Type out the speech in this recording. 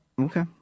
Okay